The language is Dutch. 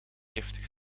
giftig